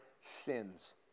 sins